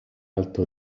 alto